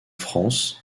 france